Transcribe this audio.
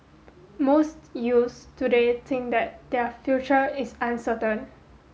most youths today think that their future is uncertain